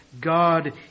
God